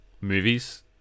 movies